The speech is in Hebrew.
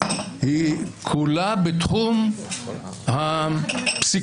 היא כולה בתחום הפסיקה.